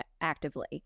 actively